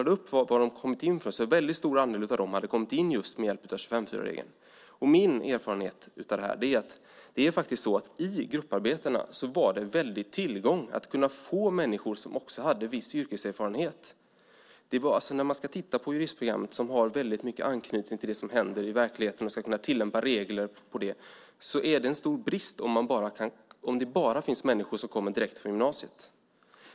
Då såg jag att en stor andel av dem hade kommit in med hjälp av 25:4-regeln. Min erfarenhet är att det i grupparbetena är en tillgång att ha med människor med yrkeserfarenhet. Juristprogrammet har i mycket anknytning till vad som händer i verkligheten, att tillämpa regler, och det är en stor brist om det bara finns människor som kommer direkt från gymnasiet.